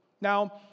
Now